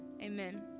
amen